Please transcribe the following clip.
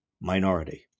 minority